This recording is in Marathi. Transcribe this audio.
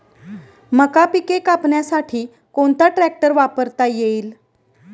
मका पिके कापण्यासाठी कोणता ट्रॅक्टर वापरता येईल?